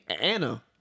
Anna